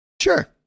Sure